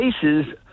cases